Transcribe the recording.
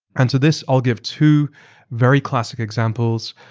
and so this, i'll give two very classic examples.